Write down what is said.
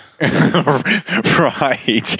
right